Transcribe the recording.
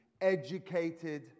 educated